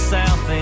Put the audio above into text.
South